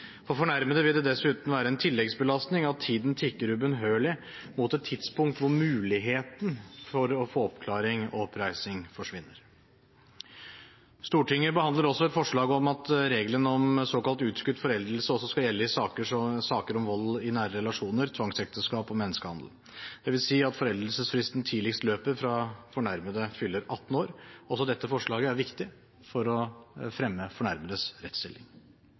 For fornærmede vil det dessuten være en tilleggsbelastning at tiden tikker ubønnhørlig mot et tidspunkt hvor muligheten for å få oppklaring og oppreisning forsvinner. Stortinget behandler også et forslag om at reglene om såkalt utskutt foreldelse også skal gjelde i saker om vold i nære relasjoner, tvangsekteskap og menneskehandel. Det vil si at foreldelsesfristen tidligst løper fra fornærmede fyller 18 år. Også dette forslaget er viktig for å fremme fornærmedes rettsstilling.